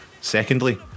Secondly